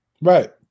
Right